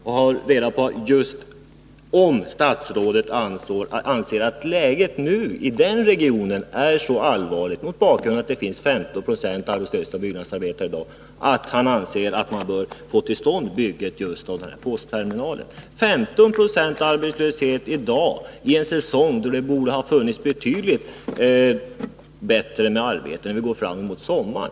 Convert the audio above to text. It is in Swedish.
Jag vill veta om statsrådet anser att läget i denna region — mot bakgrund av att det där i dag finns 15 26 arbetslösa byggnadsarbetare — nu är så allvarligt att man bör få till stånd bygget av postterminalen. Det är således 15 90 arbetslöshet nu, då det borde ha funnits betydligt fler arbeten, eftersom vi går mot sommaren.